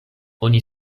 oni